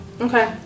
Okay